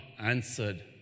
answered